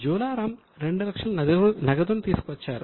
జాలా రామ్ 200000 నగదును తీసుకువచ్చారు